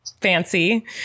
fancy